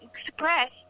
express